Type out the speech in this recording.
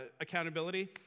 accountability